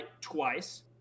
twice